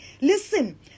listen